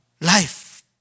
Life